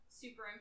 Super